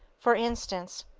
for instance,